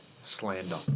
Slander